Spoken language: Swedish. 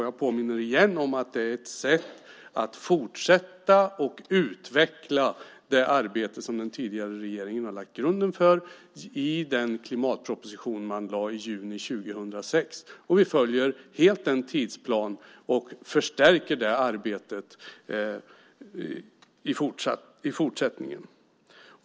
Jag påminner igen om att det är ett sätt att fortsätta och utveckla det arbete som den tidigare regeringen har lagt grunden för i den klimatproposition som lades i juni 2006. Vi följer helt den tidsplanen och förstärker det arbetet i fortsättningen.